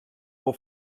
wol